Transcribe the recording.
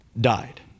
died